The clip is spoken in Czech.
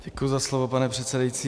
Děkuji za slovo, pane předsedající.